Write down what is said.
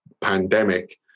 pandemic